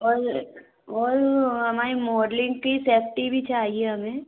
और और हमारी मॉडलिंग की सेफ्टी भी चाहिए हमें